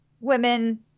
women